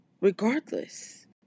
regardless